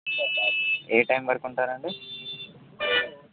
ఏ time వరుకు ఉంటారా అండి